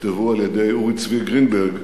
נכתבו על-ידי אורי צבי גרינברג,